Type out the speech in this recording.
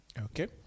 Okay